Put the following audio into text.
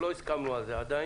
לא הסכמנו על זה עדיין.